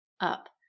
up